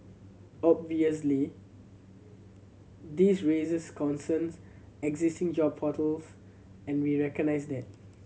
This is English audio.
obviously this raises concerns existing job portals and we recognise that